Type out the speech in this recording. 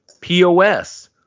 POS